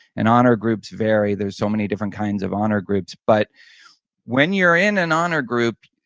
and honor groups vary, there's so many different kinds of honor groups, but when you're in an honor group,